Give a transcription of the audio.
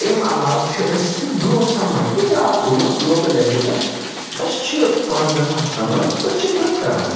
اَمہِ عَلاوٕ چھِ أسۍ کیٚنٛہہ دوس سَمان کینٛہہ یار لوکَل لیولہِ پٮ۪ٹھ أسۍ چھِ پانٛژ دَہ نَفَر سَمان أسۍ چھِ ٹٕرٛپ کَران